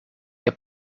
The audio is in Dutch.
heb